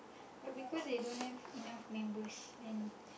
but because they don't have enough members then